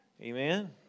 amen